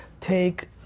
Take